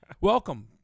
Welcome